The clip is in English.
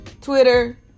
Twitter